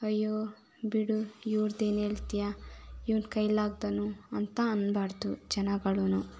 ಅಯ್ಯೋ ಬಿಡು ಇವ್ರ್ದು ಏನು ಹೇಳ್ತಿಯಾ ಇವ್ನು ಕೈಲಾಗದೋನು ಅಂತ ಅನ್ನಬಾರದು ಜನಗಳೂ